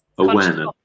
Awareness